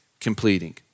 completing